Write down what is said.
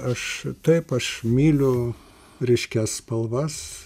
aš taip aš myliu ryškias spalvas